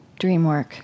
Dreamwork